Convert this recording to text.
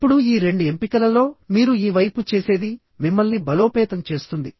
ఇప్పుడు ఈ 2 ఎంపికలలో మీరు ఈ వైపు చేసేది మిమ్మల్ని బలోపేతం చేస్తుంది